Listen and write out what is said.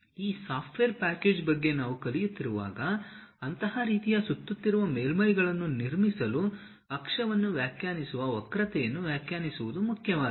ಈ software package ಬಗ್ಗೆ ನಾವು ಕಲಿಯಲಿರುವಾಗ ಅಂತಹ ರೀತಿಯ ಸುತ್ತುತ್ತಿರುವ ಮೇಲ್ಮೈಗಳನ್ನು ನಿರ್ಮಿಸಲು ಅಕ್ಷವನ್ನು ವ್ಯಾಖ್ಯಾನಿಸುವ ವಕ್ರತೆಯನ್ನು ವ್ಯಾಖ್ಯಾನಿಸುವುದು ಮುಖ್ಯವಾಗಿದೆ